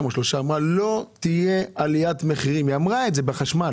או שלושה במליאה שלא תהיה עליית מחירים בחשמל.